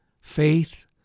faith